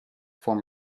form